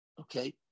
Okay